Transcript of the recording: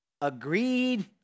agreed